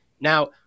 Now